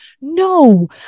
No